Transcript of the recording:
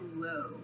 whoa